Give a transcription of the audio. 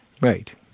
Right